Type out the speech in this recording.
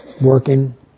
working